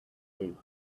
him